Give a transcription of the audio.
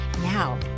Now